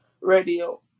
Radio